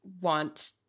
want